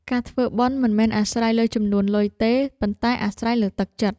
ការធ្វើបុណ្យមិនមែនអាស្រ័យលើចំនួនលុយទេ ប៉ុន្តែអាស្រ័យលើទឹកចិត្ត។